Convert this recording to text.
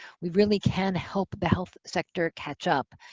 we really can help the health sector catch up.